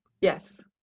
Yes